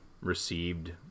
received